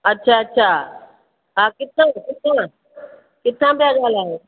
अच्छा अच्छा हां किथां किथां किथां पिया ॻाल्हायो